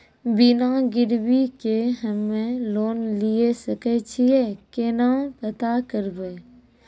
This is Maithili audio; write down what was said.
बिना गिरवी के हम्मय लोन लिये सके छियै केना पता करबै?